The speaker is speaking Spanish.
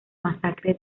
masacre